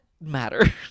matter